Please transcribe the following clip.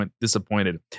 disappointed